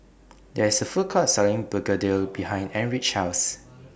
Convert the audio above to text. There IS A Food Court Selling Begedil behind Erich's House